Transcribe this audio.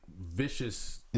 vicious